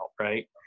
Right